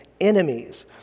enemies